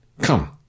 Come